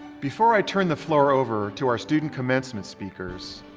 before i turn the floor over to our student commencement speakers,